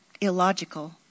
illogical